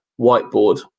whiteboard